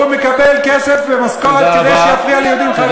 הוא מקבל כסף ומשכורת כדי שיפריע ליהודים חרדים פה.